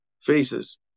faces